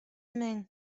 мең